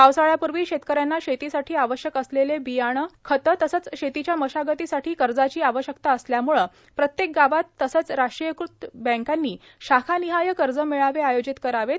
पावसाळ्यापूर्वी शेतकऱ्यांना शेतीसाठी आवश्यक असलेले बियाणेए खते तसंच शेतीच्या मशागतीसाठी कर्जाची आवश्यकता असल्याम्ळे प्रत्येक गावात तसंच राष्ट्रीयकृत बँकांनी शाखानिहाय कर्ज मेळावे आयोजित करावे